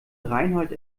reinhold